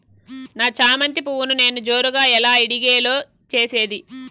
నా చామంతి పువ్వును నేను జోరుగా ఎలా ఇడిగే లో చేసేది?